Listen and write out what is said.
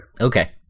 Okay